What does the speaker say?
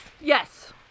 yes